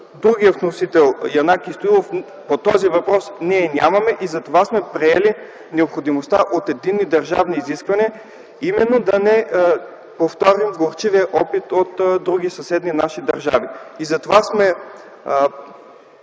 другия вносител – Янаки Стоилов, по този въпрос нямаме. Приели сме необходимостта от единни държавни изисквания, именно за да не повторим горчивия опит от други съседни нам държави.